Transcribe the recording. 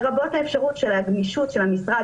לרבות האפשרות של הגמישות של המשרד,